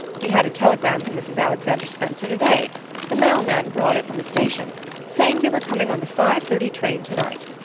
we had a telegram from mrs. alexander spencer today the mail-man brought it from the station saying they were coming on the five-thirty train tonight.